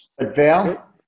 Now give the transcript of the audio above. Val